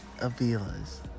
Avila's